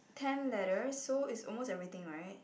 ten letters so it's almost everything [right]